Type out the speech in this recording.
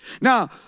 Now